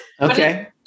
Okay